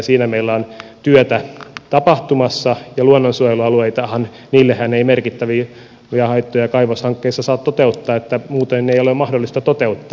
siinä meillä on työtä tapahtumassa ja luonnonsuojelualueillehan ei merkittäviä haittoja kaivoshankkeissa saa toteuttaa muuten ei ole mahdollista toteuttaa